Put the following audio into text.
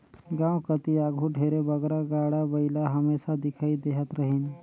गाँव कती आघु ढेरे बगरा गाड़ा बइला हमेसा दिखई देहत रहिन